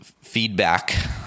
feedback